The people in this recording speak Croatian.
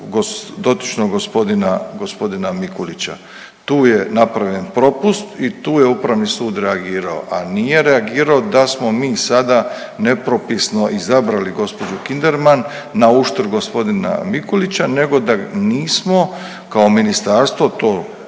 dotičnog gospodina Mikulića. Tu je napravljen propust i tu je Upravni sud reagirao, a nije reagirao da smo mi sada nepropisno izabrali gospođu Kinderman na uštrb gospodina Mikulića, nego da nismo kao ministarstvo to nisam